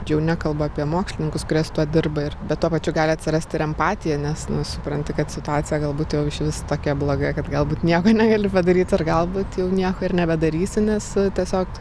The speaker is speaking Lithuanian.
jau nekalbu apie mokslininkus kurie su tuo dirba ir bet tuo pačiu gali atsirasti ir empatija nes supranti kad situacija galbūt jau išvis tokia bloga kad galbūt nieko negali padaryt ar galbūt jau nieko ir nebedarysi nes tiesiog